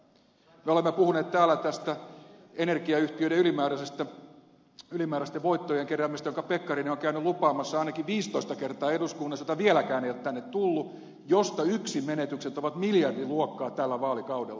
me olemme puhuneet täällä tästä energiayhtiöiden ylimääräisestä voittojen keräämisestä jonka pekkarinen on käynyt lupaamassa ainakin viisitoista kertaa eduskunnassa jota vieläkään ei ole tänne tullut ja josta yksin menetykset ovat miljardiluokkaa tällä vaalikaudella